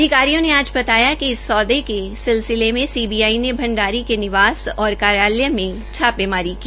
अधिकारियों ने आज बताया कि इस सौदे के सिलसिले में सीबीआई ने भंडारी के निवास और कार्यालय में छापामारी की